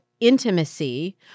intimacy